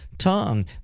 Tongue